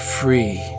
free